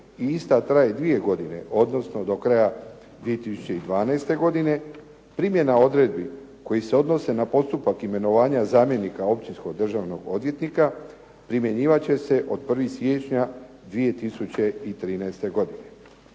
i ista traje dvije godine, odnosno do kraja 2012. godine, primjena odredbi koji se odnose na postupak imenovanja zamjenika općinskog državnog odvjetnika, primjenjivat će se od 1. siječnja 2013. godine.